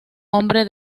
hombre